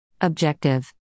Objective